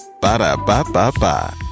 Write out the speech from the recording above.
Ba-da-ba-ba-ba